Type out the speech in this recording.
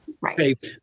Right